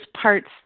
parts